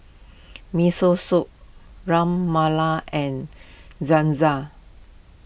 Miso Soup Ras Malai and